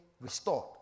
restored